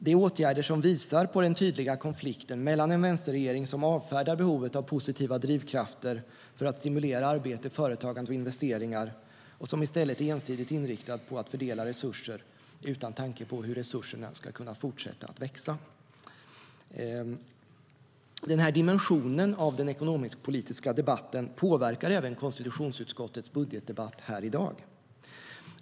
Det är åtgärder som visar på den tydliga konflikten mellan Alliansen och en vänsterregering som avfärdar behovet av positiva drivkrafter för att stimulera arbete, företagande och investeringar och som i stället är ensidigt inriktad på att fördela resurser utan tanke på hur resurserna ska kunna fortsätta att växa. Den här dimensionen av den ekonomiskpolitiska debatten påverkar även konstitutionsutskottets budgetdebatt här i dag.